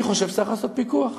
אני חושב שצריך לעשות פיקוח,